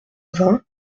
vingts